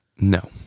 No